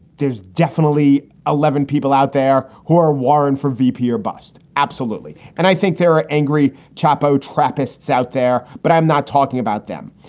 there's definitely eleven people out there who are warren for vp or bust. absolutely. and i think there are angry chapo trappists out there. but i'm not talking about them.